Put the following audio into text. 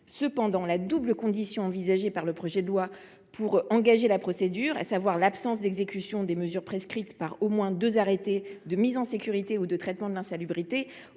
Cependant, la double condition à laquelle est subordonné, dans le projet de loi, l’engagement de la procédure, à savoir l’absence d’exécution des mesures prescrites par au moins deux arrêtés de mise en sécurité ou de traitement de l’insalubrité